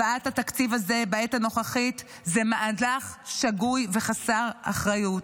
הבאת התקציב הזה בעת הנוכחית זה מהלך שגוי וחסר אחריות,